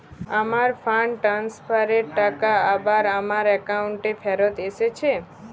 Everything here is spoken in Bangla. আমার ফান্ড ট্রান্সফার এর টাকা আবার আমার একাউন্টে ফেরত এসেছে